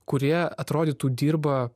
kurie atrodytų dirba